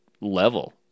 level